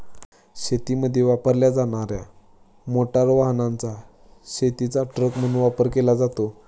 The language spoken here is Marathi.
शेतीमध्ये वापरल्या जाणार्या मोटार वाहनाचा शेतीचा ट्रक म्हणून वापर केला जातो